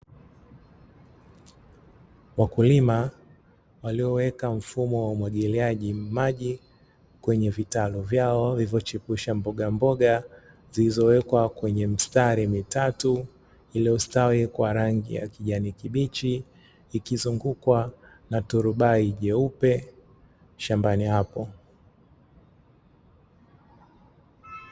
Wakulima walio weka mfumo wa umwagiliaji maji, kwenye vitalu vyao vilivyochipusha mbogamboga zilizowekwa kwenye mistari mitatu, iliyostawi kwa rangi ya kijani kibichi, ikizungukwa na turubai jeupe shambani hapo.